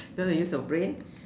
don't have to use your brain